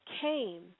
came